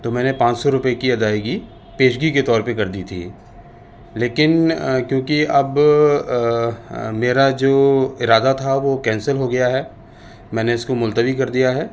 تو میں نے پانچ سو روپئے کی ادائیگی پیشگی کے طور پہ کر دی تھی لیکن کیونکہ اب میرا جو ارادہ تھا وہ کینسل ہو گیا ہے میں نے اس کو ملتوی کر دیا ہے